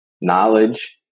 Knowledge